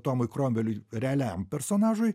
tomui kromveliui realiam personažui